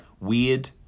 Weird